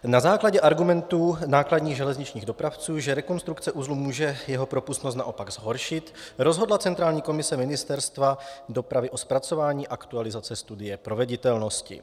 Na základě argumentů nákladních železničních dopravců, že rekonstrukce uzlu může jeho propustnost naopak zhoršit, rozhodla centrální komise Ministerstva dopravy o zpracování aktualizace studie proveditelnosti.